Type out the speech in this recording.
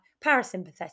parasympathetic